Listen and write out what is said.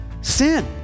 sin